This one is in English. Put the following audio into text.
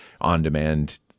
on-demand